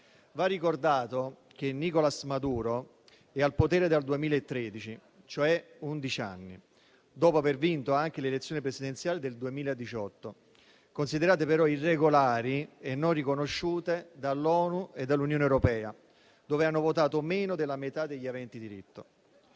Va ricordato che Nicolas Maduro è al potere dal 2013, cioè da undici anni, dopo aver vinto anche le elezioni presidenziali del 2018, considerate però irregolari e non riconosciute dall'ONU e dall'Unione europea, dove ha votato meno della metà degli aventi diritto.